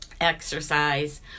exercise